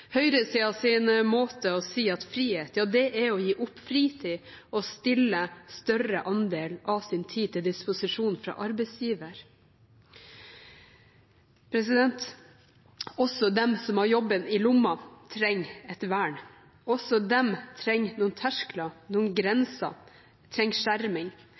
at frihet er å gi opp fritid og stille en større andel av sin tid til disposisjon for arbeidsgiver. Også de som har jobben i lommen, trenger et vern. Også de trenger noen terskler, noen grenser, og de trenger skjerming.